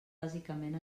bàsicament